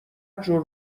جور